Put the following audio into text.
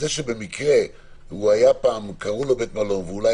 זה שבמקרה בעבר קראו לו בית מלון ואולי